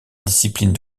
discipline